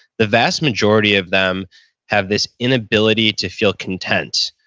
the vast majority of them have this inability to feel content.